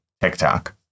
TikTok